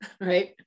right